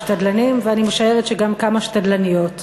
ואני משערת שגם כמה שתדלניות.